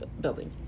building